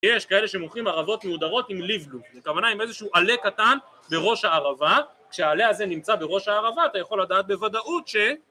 יש כאלה שמוכרים ערבות מהודרות עם ליבלו זו כוונה עם איזשהו עלה קטן בראש הערבה כשהעלה הזה נמצא בראש הערבה אתה יכול לדעת בוודאות ש...